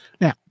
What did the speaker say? Now